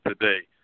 today